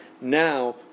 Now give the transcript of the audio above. Now